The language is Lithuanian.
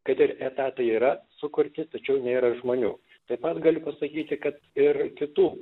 kad ir etatai yra sukurti tačiau nėra žmonių taip pat galiu pasakyti kad ir kitų